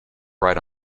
right